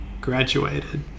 graduated